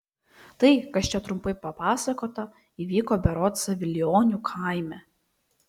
tai kas čia trumpai papasakota įvyko berods savilionių kaime